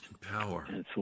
Power